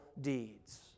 deeds